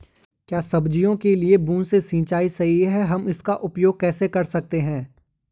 क्या सब्जियों के लिए बूँद से सिंचाई सही है हम इसका उपयोग कैसे कर सकते हैं?